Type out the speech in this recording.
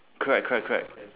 correct correct correct